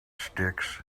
sticks